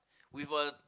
with a